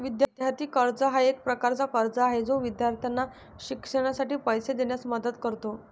विद्यार्थी कर्ज हा एक प्रकारचा कर्ज आहे जो विद्यार्थ्यांना शिक्षणासाठी पैसे देण्यास मदत करतो